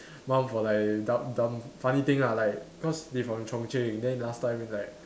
mum for like dumb dumb funny thing lah like cause they from Chung-Cheng then last time like